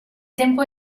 tempo